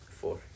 Four